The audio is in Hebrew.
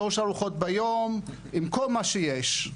שלוש ארוחות ביום עם כל מה שיש.